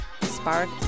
Spark